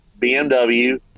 BMW